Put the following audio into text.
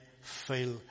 fail